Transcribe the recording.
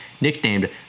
nicknamed